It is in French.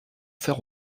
faire